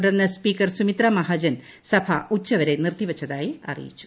തുടർന്ന് സ്പീക്കർ സുമിത്ര മഹാജൻ സഭ ഉച്ചവരെ നിർത്തിവച്ചതായി അറിയിച്ചു